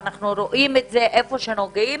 אנו רואים את זה איפה שנוגעים.